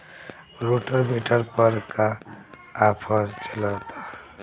Rotavator पर का offer चलता?